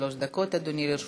עד שלוש דקות, אדוני, לרשותך.